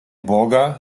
boga